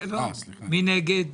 מי נגד?